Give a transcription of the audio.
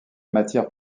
matière